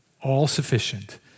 all-sufficient